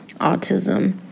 autism